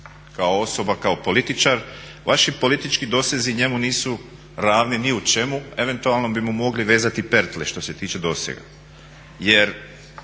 kao osoba, kao političar. Vaši politički dosezi njemu nisu ravni ni u čemu, eventualno bi mu mogli vezati pertle što se tiče dosega